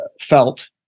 felt